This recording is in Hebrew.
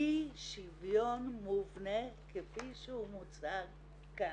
אי שוויון מובנה כפי שהוא מוצג כאן,